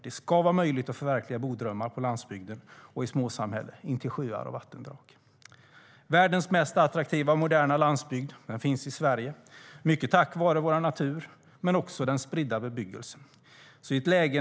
Det ska vara möjligt att förverkliga bodrömmar på landsbygden och i små samhällen intill sjöar och vattendrag. Världens mest attraktiva och moderna landsbygd finns i Sverige, mycket tack vare vår natur men också den spridda bebyggelsen.